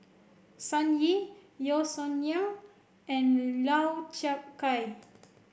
Sun Yee Yeo Song Nian and Lau Chiap Khai